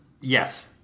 yes